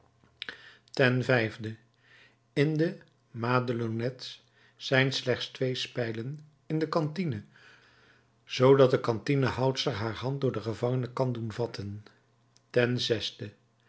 ten vijfde in de madelonnettes zijn slechts twee spijlen in de cantine zoodat de cantinehoudster haar hand door de gevangenen kan doen vatten ten zesde